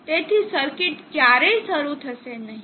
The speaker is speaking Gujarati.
તેથી સર્કિટ ક્યારેય શરૂ થશે નહીં